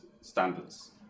standards